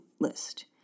list